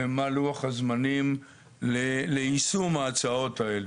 ומה לוח הזמנים ליישום ההצעות האלה.